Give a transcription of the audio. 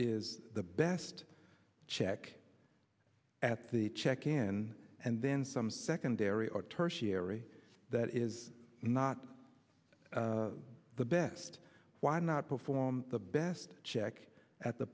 is the best check at the check in and then some secondary or tertiary that is not the best why not perform the best check at the